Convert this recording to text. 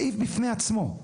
הם סעיף בפני עצמו.